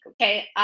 Okay